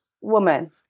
woman